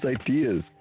ideas